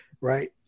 right